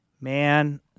Man